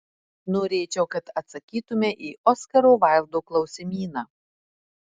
norėčiau kad atsakytumei į oskaro vaildo klausimyną